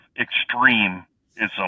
extreme-ism